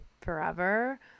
forever